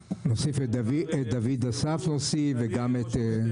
הכפר משה אבוטבול: נוסיף את דוד אסף וגם את --- נטלי ראש מטה,